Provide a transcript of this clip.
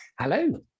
Hello